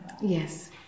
Yes